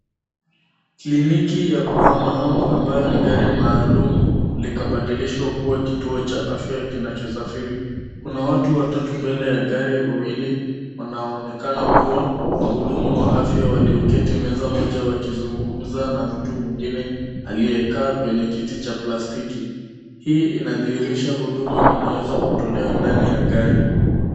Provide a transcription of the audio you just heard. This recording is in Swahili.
Kiliniki ya kuhamahama inayo gari maalumu likabadilishwa kuwa kituo cha afya kinachosafiri. kuna watu mbele ya gari wawili wanaonekana kuwa wahudumu wa afya walioketi kwenye meza moja wakizungumza na mtu mwingine mwenye amekaa kwenye kiti cha plastiki. hii inadhirisha huduma inaweza tolewa kwa gari.